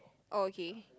okay